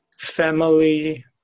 family